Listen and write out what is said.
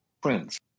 friends